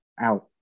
out